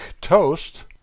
toast